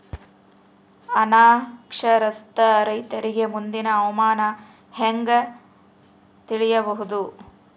ಅನಕ್ಷರಸ್ಥ ರೈತರಿಗೆ ಮುಂದಿನ ಹವಾಮಾನ ಹೆಂಗೆ ತಿಳಿಯಬಹುದು?